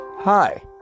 Hi